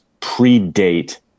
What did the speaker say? predate